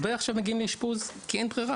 הרבה מגיעים עכשיו לאשפוז כי אין ברירה,